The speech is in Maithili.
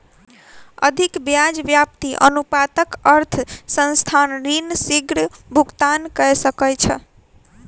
अधिक ब्याज व्याप्ति अनुपातक अर्थ संस्थान ऋण शीग्र भुगतान कय सकैछ